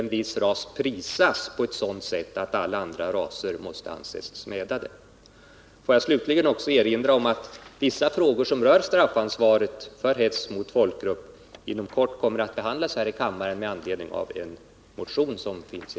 en viss ras prisas på ett sådant sätt att alla andra raser måste anses smädade. Låt mig slutligen också erinra om att vissa frågor som rör straffansvaret för hets mot folkgrupp kommer att behandlas inom kort här i kammaren med anledning av en motion i ämnet.